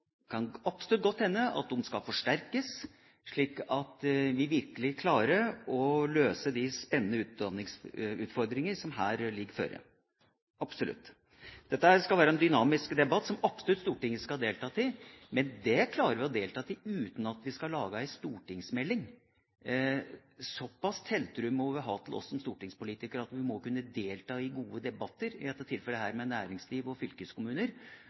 godt hende at de skal forsterkes, slik at vi virkelig klarer å løse de spennende utfordringer som her foreligger – absolutt. Dette skal være en dynamisk debatt som Stortinget absolutt skal delta i, men vi klarer å delta i den uten at vi skal lage en stortingsmelding. Såpass tiltro må vi ha til oss som stortingspolitikere, at vi heller må kunne delta i gode debatter – i dette tilfellet med næringsliv og fylkeskommuner